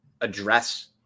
address